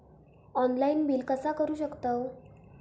Online bill कसा करु शकतव?